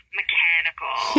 mechanical